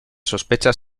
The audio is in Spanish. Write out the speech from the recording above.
sospechas